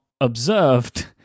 observed